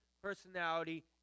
personality